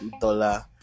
dollar